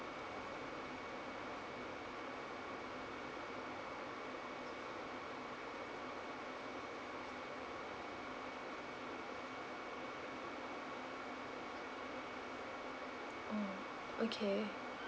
mm okay